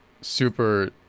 super